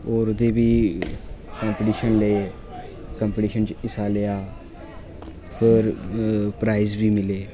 होर बी नेह् कम्पीयिशन रेह् कम्पीटिशन च हिस्सा लेआ होर प्राईज़ बी मिले